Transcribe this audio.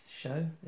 show